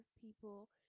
people